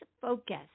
Focus